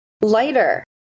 lighter